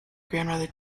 grandmother